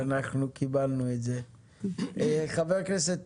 אז חושבים שאתה התעלמת בזמן שלא ראית.